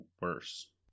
worse